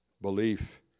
belief